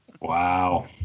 Wow